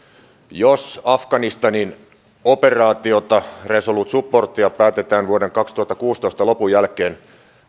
jos afganistanin operaatiota resolute supportia päätetään vuoden kaksituhattakuusitoista lopun jälkeen